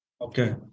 Okay